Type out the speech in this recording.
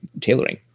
tailoring